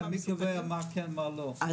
מי קובע מה כן ומה לא?